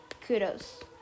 kudos